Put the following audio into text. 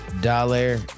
dollar